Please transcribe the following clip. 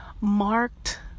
marked